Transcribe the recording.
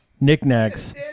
knickknacks